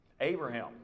Abraham